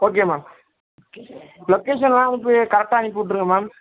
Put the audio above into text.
okay ma'am லொக்கேஷன்லாம் அனுப்பி கரெக்டாக அனுப்பி விட்ருங்க மேம்